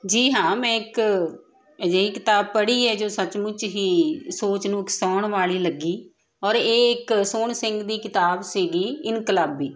ਜੀ ਹਾਂ ਮੈਂ ਇੱਕ ਅਜਿਹੀ ਕਿਤਾਬ ਪੜ੍ਹੀ ਹੈ ਜੋ ਸੱਚਮੁੱਚ ਹੀ ਸੋਚ ਨੂੰ ਉਕਸਾਉਣ ਵਾਲੀ ਲੱਗੀ ਔਰ ਇਹ ਇੱਕ ਸੋਹਣ ਸਿੰਘ ਦੀ ਕਿਤਾਬ ਸੀਗੀ ਇਨਕਲਾਬੀ